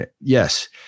Yes